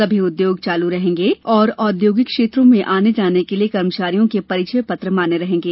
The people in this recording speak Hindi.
सभी उद्योग चालू रहेंगे तथा औद्योगिक क्षेत्रों में आने जाने के लिए कर्मचारियों के परिचय पत्र मान्य रहेंगे